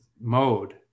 mode